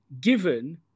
given